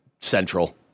central